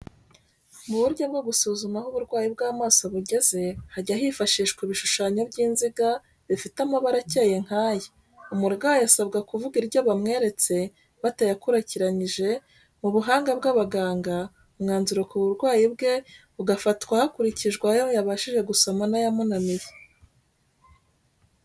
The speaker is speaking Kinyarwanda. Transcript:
Mu buryo bwo gusuzuma aho uburwayi bw'amaso bugeze, hajya hifashishwa ibishushanyo by'inziga bifite amabara akeye nk'aya, umurwayi asabwa kuvuga iryo bamweretse batayakurikiranyije, mu buhanga bw'abaganga, umwanzuro ku burwayi bwe ugafatwa hakurikijwe ayo yabashije gusoma n'ayamunaniye.